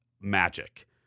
magic